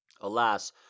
Alas